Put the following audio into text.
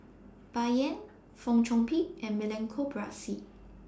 Bai Yan Fong Chong Pik and Milenko Prvacki